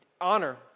Honor